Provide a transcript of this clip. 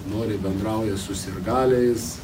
noriai bendrauja su sirgaliais